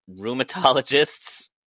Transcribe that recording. Rheumatologists